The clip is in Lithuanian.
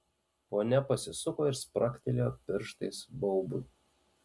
ponia pasisuko ir spragtelėjo pirštais baubui